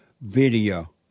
video